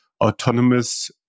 autonomous